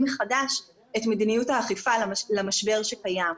מחדש את מדיניות האכיפה למשבר שקיים.